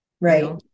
Right